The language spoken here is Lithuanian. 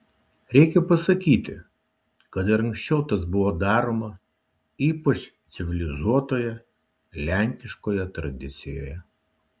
reikia pasakyti kad ir anksčiau tas buvo daroma ypač civilizuotoje lenkiškoje tradicijoje